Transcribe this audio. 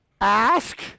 ask